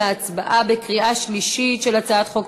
אדוני יושב-ראש ועדת הכספים, כבר עכשיו יקשיחו.